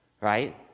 Right